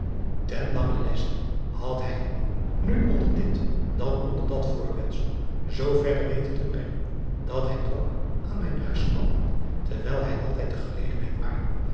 en langen laatste had hij het nu onder dit driaan oosjes zn et leven van illegonda uisman dan onder dat voorwendsel zoo verre weten te brengen dat hij drok aan mijn huis kwam terwijl hij altijd de gelegenheid waarnam